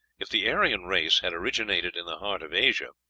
if the aryan race had originated in the heart of asia,